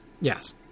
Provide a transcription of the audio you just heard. Yes